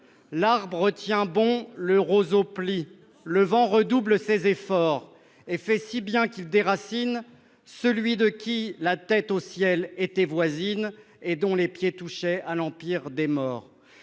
L'arbre tient bon ; le roseau plie. « Le vent redouble ses efforts, « Et fait si bien qu'il déracine « Celui de qui la tête au ciel était voisine, « Et dont les pieds touchaient à l'empire des morts.